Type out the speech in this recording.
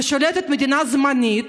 ושולטת ממשלה זמנית